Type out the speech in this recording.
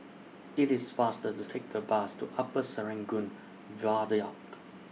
IT IS faster to Take The Bus to Upper Serangoon Viaduct